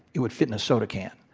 it would fit in a soda can.